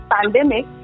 pandemic